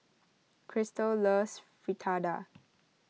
Krystle loves Fritada